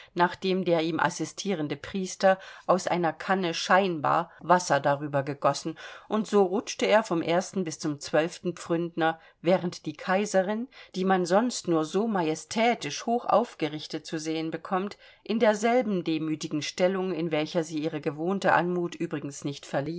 nachdem der ihm assistierende priester aus einer kanne scheinbar wasser darüber gegossen und so rutschte er vom ersten bis zum zwölften pfründner während die kaiserin die man sonst nur so majestätisch hochaufgerichtet zu sehen bekommt in derselben demütigen stellung in welcher sie ihre gewohnte anmut übrigens nicht